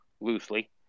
loosely